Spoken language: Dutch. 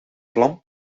plan